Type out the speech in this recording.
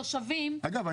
תושבים --- אגב,